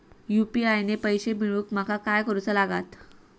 UPI ने पैशे मिळवूक माका काय करूचा लागात?